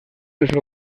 les